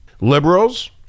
Liberals